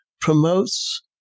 promotes